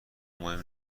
مهم